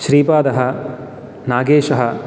श्रीपादः नागेशः